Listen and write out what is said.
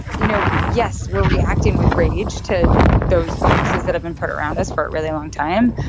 you know, yes, we're reacting with rage to those boxes that have been put around us for a really long time.